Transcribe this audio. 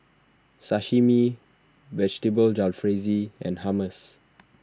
Sashimi Vegetable Jalfrezi and Hummus